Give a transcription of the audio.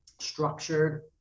structured